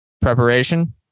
preparation